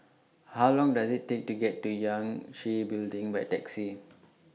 How Long Does IT Take to get to Yangtze Building By Taxi